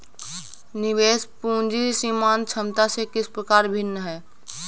निवेश पूंजी सीमांत क्षमता से किस प्रकार भिन्न है?